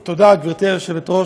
תודה, גברתי היושבת-ראש,